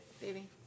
baby